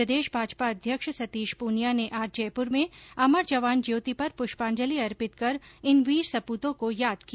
प्रदेश भाजपा अध्यक्ष सतीश प्रनिया ने आज जयप्र में अमर जवान ज्योति पर पुष्पांजलि अर्पित कर इन वीर सप्रतों को याद किया